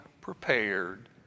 prepared